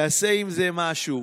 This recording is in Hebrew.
תעשה עם זה משהו,